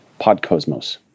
podcosmos